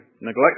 neglect